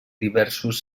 diversos